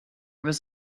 was